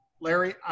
Larry